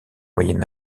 moyen